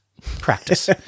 practice